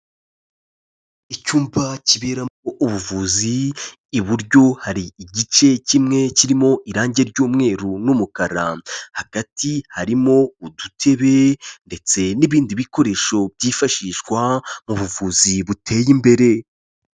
Icyumba kiberamo ubuvuzi, iburyo hari igice kimwe kirimo irangi ry'umweru n'umukara, hagati harimo udutebe ndetse n'ibindi bikoresho byifashishwa mu buvuzi buteye imbere.